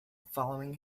following